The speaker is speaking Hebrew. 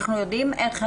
אנחנו יודעים איך נשים,